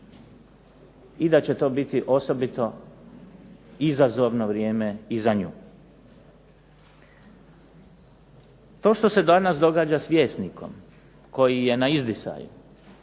i da će to biti osobito izazovno vrijeme i za nju. To što se danas događa s Vjesnikom koji je na izdisaju,